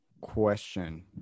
question